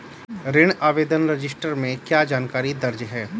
ऋण आवेदन रजिस्टर में क्या जानकारी दर्ज है?